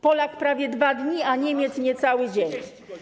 Polak prawie 2 dni, a Niemiec niecały dzień.